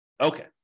Okay